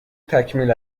تکمیل